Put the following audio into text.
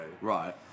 right